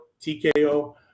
TKO